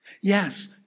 Yes